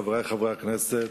חברי חברי הכנסת,